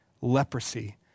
leprosy